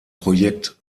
projekt